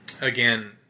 again